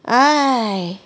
!hais!